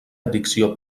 addicció